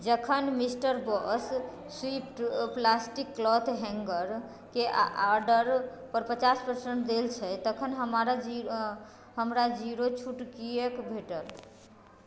जखन mister boss swift plastic cloth हैंगरके order पर पचास परसेंट देल छै तखन हमरा जीरो छूट किएक भेटल